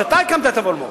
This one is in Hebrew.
שאתה הקמת את המולמו"פ.